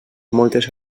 moltes